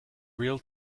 real